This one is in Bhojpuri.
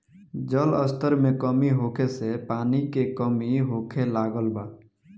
जल स्तर में कमी होखे से पानी के कमी होखे लागल बा